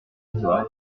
victoire